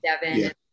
Devin